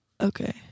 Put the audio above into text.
Okay